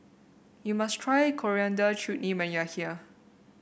you must try Coriander Chutney when you are here